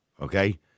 okay